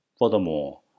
Furthermore